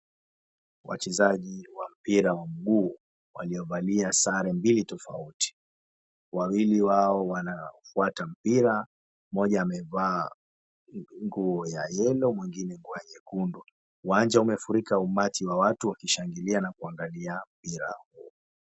Wachezaji wa mpira wa mguu waliyovalia sare mbili tofauti, wawili wao wanafuata mpira. Mmoja amevaa nguo ya yellow mwingine nguo ya nyekundu. Uwanja umefurika, umati wa watu wakishangilia na kuangalia mpira.